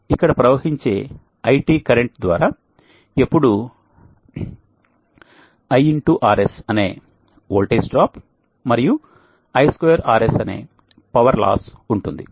ఇక్కడ ప్రవహించే IT current ద్వారా ఎప్పుడూ ITxRS అనే ఓల్టేజ్ డ్రాప్ మరియు IT2RS అనే పవర్ లాస్ ఉంటుంది